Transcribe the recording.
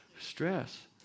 stress